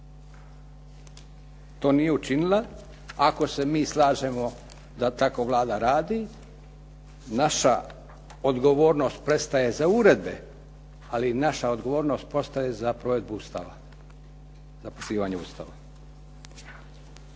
To nije učinila. Ako se mi slažemo da tako Vlada radi, naša odgovornost prestaje za uredbe, ali naša odgovornost postaje za provedbu Ustava, za poštivanje Ustava.